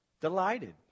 Delighted